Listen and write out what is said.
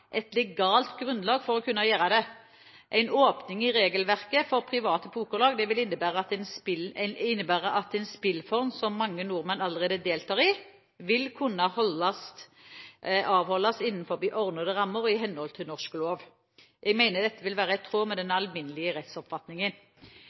et legalt grunnlag for å kunne gjøre det. En åpning i regelverket for private pokerlag vil innebære at en spillform som mange nordmenn allerede deltar i, vil kunne avholdes innenfor ordnede rammer og i henhold til norsk lov. Jeg mener dette vil være i tråd med den